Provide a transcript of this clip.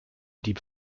die